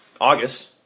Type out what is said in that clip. August